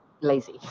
lazy